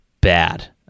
bad